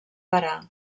parar